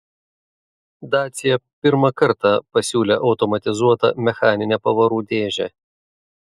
dacia pirmą kartą pasiūlė automatizuotą mechaninę pavarų dėžę